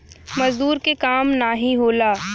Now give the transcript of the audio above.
मजदूर के काम नाही होला